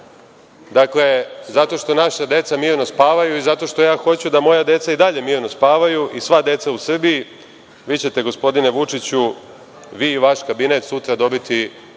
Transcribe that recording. rečima. Dakle, zato što naša deca mirno spavaju i zato što ja hoću da moja deca i dalje mirno spavaju i sva deca u Srbiji, vi ćete, gospodine Vučiću, vi i vaš kabinet, sutra dobiti